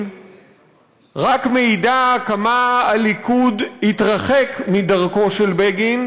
רק מעידה כמה הליכוד התרחק מדרכו של בגין,